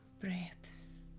breaths